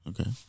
Okay